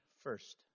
first